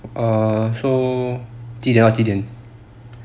err so 几点到几点